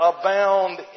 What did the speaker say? abound